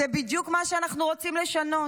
זה בדיוק מה שאנחנו רוצים לשנות.